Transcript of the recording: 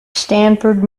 stanford